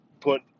put